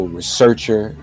researcher